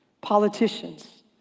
politicians